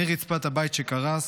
מרצפת הבית שקרס,